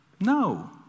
no